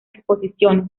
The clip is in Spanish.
exposiciones